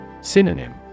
Synonym